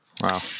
Wow